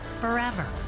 forever